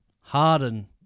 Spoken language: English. Harden